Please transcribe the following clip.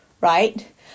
right